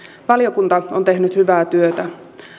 valiokunta on tehnyt hyvää työtä